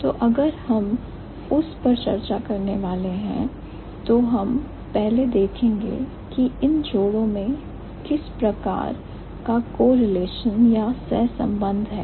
तो अगर हम उस पर चर्चा करने वाले हैं तो हम पहले देखेंगे कि इन जोड़ों में किस प्रकार का सहसंबंध है